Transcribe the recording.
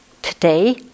Today